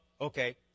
okay